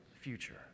future